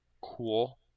Cool